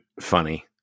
funny